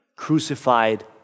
crucified